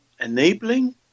enabling